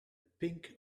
pink